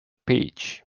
page